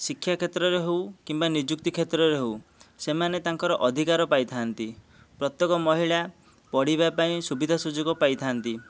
ଶିକ୍ଷା କ୍ଷେତ୍ରରେ ହେଉ କିମ୍ବା ନିଯୁକ୍ତି କ୍ଷେତ୍ରରେ ହେଉ ସେମାନେ ତାଙ୍କର ଅଧିକାର ପାଇଥାନ୍ତି ପ୍ରତ୍ୟେକ ମହିଳା ପଢ଼ିବା ପାଇଁ ସୁବିଧା ସୁଯୋଗ ପାଇଥାନ୍ତି